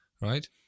right